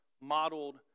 modeled